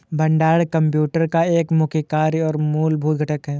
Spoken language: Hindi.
भंडारण कंप्यूटर का एक मुख्य कार्य और मूलभूत घटक है